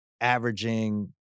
averaging